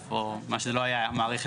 מע"מ.